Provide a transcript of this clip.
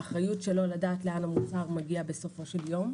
האחריות שלו לדעת לאן המוצר מגיע בסופו של יום.